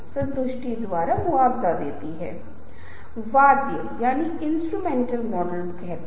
दूसरी ओर अगर मेरे लिए शिक्षा सिर्फ एक आकस्मिक बात है तो मैं कहूंगा कि आप उसे किसी भी स्कूल में रखें जिसे मे आप चाहते हैं